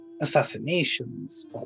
assassinations